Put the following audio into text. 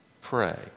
pray